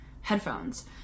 headphones